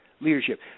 leadership